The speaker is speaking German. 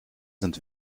sind